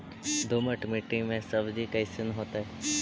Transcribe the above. दोमट मट्टी में सब्जी कैसन होतै?